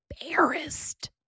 embarrassed